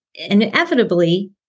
inevitably